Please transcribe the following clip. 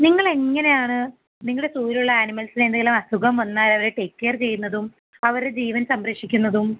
നിങ്ങളെങ്ങനെയാണ് നിങ്ങളുടെ സൂവിലുള്ള ആനിമൽസിനെന്തേലും അസുഖം വന്നാൽ ടേക്ക് കേയർ ചെയ്യുന്നതും അവരുടെ ജീവൻ സംരക്ഷിക്കുന്നതും